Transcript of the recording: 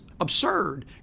absurd